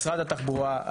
משרד התחבורה,